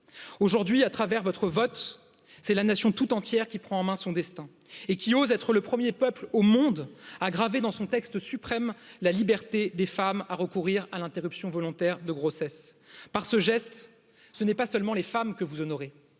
aujourd'hui à travers votre vote c'est la nation tout entière qui prend en main son destin et qui ose être le premier peuple au monde à graver dans son texte suprême la liberté des femmes à recourir à l'interruption volontaire de grossesse par ce geste ce n'est pas seulement les femmes que vous honorez